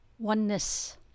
oneness